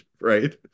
right